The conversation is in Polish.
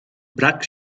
brak